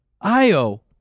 io